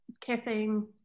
caffeine